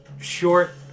short